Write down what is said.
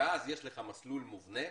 ואז יש לך מסלול מובנה,